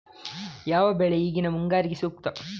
ಯಾವ ಬೆಳೆ ಈಗಿನ ಮುಂಗಾರಿಗೆ ಸೂಕ್ತ?